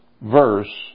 verse